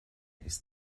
ist